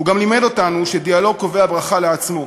הוא גם לימד אותנו שדיאלוג קובע ברכה לעצמו.